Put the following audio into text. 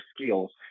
skills